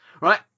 Right